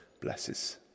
blesses